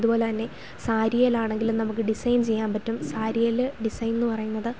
അതുപോലെ തന്നെ സാരിയിലാണെങ്കിലും നമുക്ക് ഡിസൈൻ ചെയ്യാൻ പറ്റും സാരിയിൽ ഡിസൈനെന്ന് പറയുന്നത്